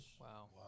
Wow